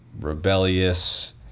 rebellious